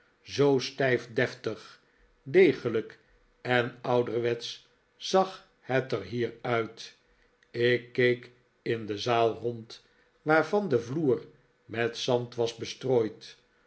zoo stijf deftig degelijk en ouderwetsch zag het er hier uit ik keek in de zaal rond waarvan de vloer met zand was bestrooid